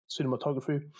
cinematography